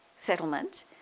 settlement